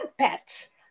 pets